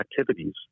activities